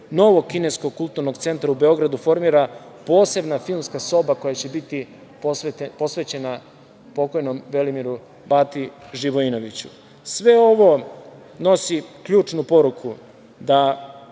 novog Kineskog kulturnog centra u Beogradu formira posebna filmska soba koja će biti posvećena pokojnom Velimiru Bati Živojinoviću. Sve ovo nosi ključnu poruku da